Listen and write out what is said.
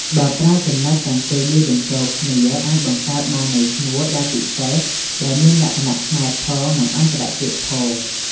បើប្រើចំណុចទាំងពីរនេះបញ្ចូលគ្នា អាចបង្កើតបាននូវឈ្មោះដែលពិសេស ដែលមានលក្ខណៈខ្មែរផង និង អន្តរជាតិផង។